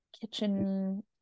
kitchen